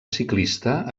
ciclista